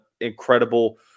incredible